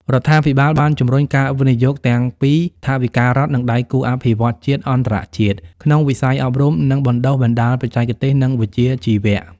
រដ្ឋាភិបាលបានជំរុញការវិនិយោគទាំងពីថវិការដ្ឋ និងដៃគូអភិវឌ្ឍន៍ជាតិ-អន្តរជាតិ ក្នុងវិស័យ អប់រំ និងបណ្តុះបណ្តាលបច្ចេកទេស និងវិជ្ជាជីវៈ។